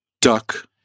Duck